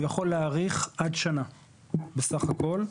הוא יכול להאריך עד שנה בסך הכול.